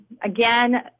again